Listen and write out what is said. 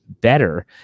better